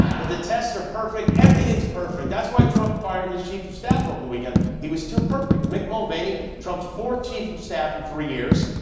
but the tests are perfect. everything's perfect. that's why trump fired his chief of staff over the weekend. he was too perfect. mick mulvaney, trump's fourth chief of staff in three years,